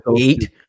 eight